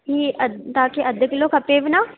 हीअ अधि तव्हांखे अधि किलो खपेव न